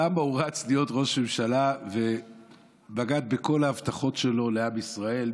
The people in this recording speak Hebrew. למה הוא רץ להיות ראש ממשלה ובגד בכל ההבטחות שלו לעם ישראל,